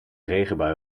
regenbui